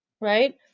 right